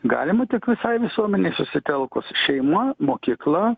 galima tik visai visuomenei susitelkus šeima mokykla